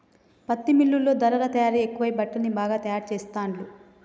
పత్తి మిల్లుల్లో ధారలా తయారీ ఎక్కువై బట్టల్ని బాగా తాయారు చెస్తాండ్లు